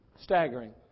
Staggering